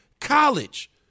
college